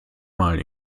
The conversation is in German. mal